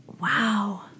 Wow